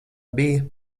bija